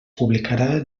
publicarà